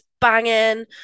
banging